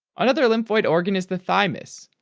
another lymphoid organ is the thymus,